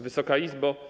Wysoka Izbo!